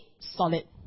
solid